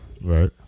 Right